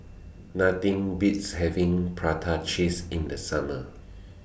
Nothing Beats having Prata Cheese in The Summer